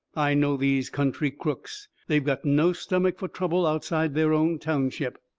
i know these country crooks. they've got no stomach for trouble outside their own township.